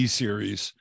series